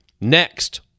Next